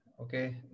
Okay